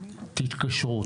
תתקשרו,